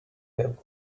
him